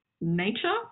nature